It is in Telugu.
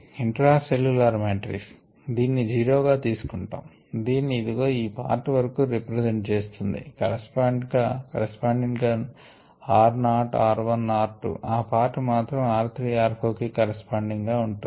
ఇంట్రా సెల్ల్యులర్ మాట్రిక్స్ దీన్ని జీరో గా తీసుకుంటాం దీన్ని ఇదిగో ఈ పార్ట్ వరకు రెప్రెసెంట్ చేస్తోంది కరస్పాండింగ్ గా r నాట్ r 1 r 2 ఆ పార్ట్ మాత్రం r 3 r 4 కి కరస్పాండింగ్ గా ఉంటుంది